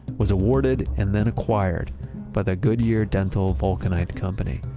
was awarded and then acquired by the goodyear dental vulcanite company.